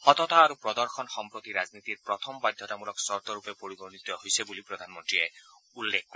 সততা আৰু প্ৰদৰ্শন সম্প্ৰতি ৰাজনীতিৰ প্ৰথম বাধ্যতামূলক চৰ্তৰূপে পৰিগণিত হৈছে বুলি প্ৰধানমন্ত্ৰীয়ে উল্লেখ কৰে